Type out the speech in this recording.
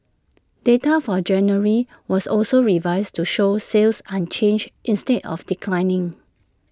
data for January was also revised to show sales unchanged instead of declining